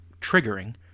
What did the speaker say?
triggering